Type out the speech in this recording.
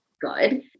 good